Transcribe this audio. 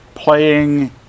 Playing